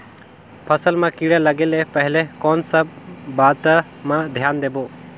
फसल मां किड़ा लगे ले पहले कोन सा बाता मां धियान देबो?